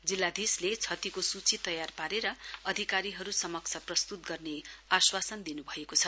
जिल्लाधीशले क्षतिको सूची तयार पारेर अधिकारीहरूसमक्ष प्रस्तूत गर्ने आश्वासन दिन् भएको छ